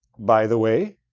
by the way,